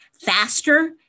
faster